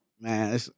man